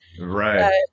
Right